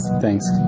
Thanks